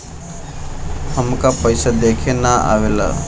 हमका पइसा देखे ना आवेला?